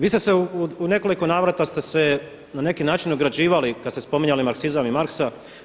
Vi ste se, u nekoliko navrata ste se na neki način ograđivali kada ste spominjali Marksizam i Marksa, Marxa.